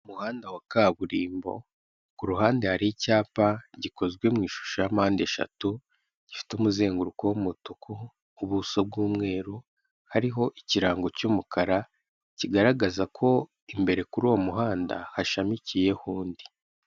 Mu muhanda wa kaburimbo, ku ruhande hari icyapa gikozwe mu ishusho ya mpande eshatu, gifite umuzenguruko w'umutuku, ubuso bw'uumweru, hariho ikirango cy'umukara kigaragaza ko imbere kuri uwo muhanda hashamikiyeho undi.